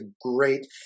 great